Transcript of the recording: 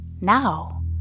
now